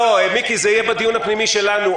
זה יהיה בדיון הפנימי שלנו.